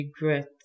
regret